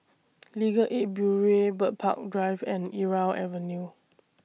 Legal Aid Bureau Bird Park Drive and Irau Avenue